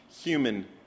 human